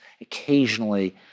occasionally